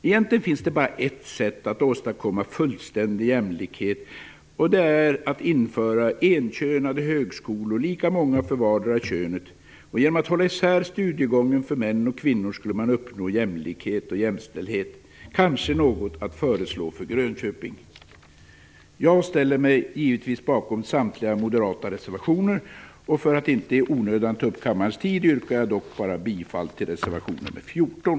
Egentligen finns det bara ett sätt att åstadkomma fullständig jämlikhet, nämligen att införa enkönade högskolor, lika många för vardera könet. Genom att hålla isär studiegången för män och kvinnor skulle man uppnå jämlikhet och jämställdhet - kanske något att föreslå för Grönköping. Jag ställer mig givetvis bakom samtliga moderata reservationer. För att inte i onödan ta upp kammarens tid yrkar jag dock bara bifall till reservation nr 14.